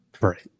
Right